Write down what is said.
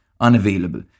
unavailable